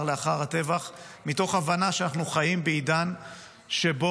לאחר הטבח מתוך הבנה שאנחנו חיים בעידן שבו